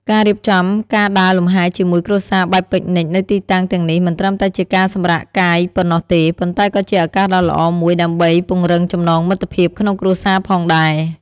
ការរៀបចំការដើរលំហែជាមួយគ្រួសារបែបពិកនិចនៅទីតាំងទាំងនេះមិនត្រឹមតែជាការសម្រាកកាយប៉ុណ្ណោះទេ ប៉ុន្តែក៏ជាឱកាសដ៏ល្អមួយដើម្បីពង្រឹងចំណងមិត្តភាពក្នុងគ្រួសារផងដែរ។